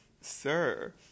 sir